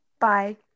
bye